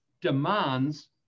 demands